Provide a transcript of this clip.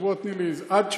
שבוע תני לי, עד שבוע,